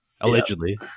allegedly